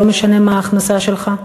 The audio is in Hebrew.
לא משנה מה ההכנסה שלך?